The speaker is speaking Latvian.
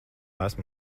esmu